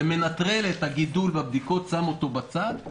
זה מנטרל את הגידול בבדיקות, שם אותו בצד.